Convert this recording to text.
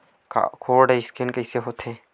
Code scan कइसे होथे?